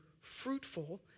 fruitful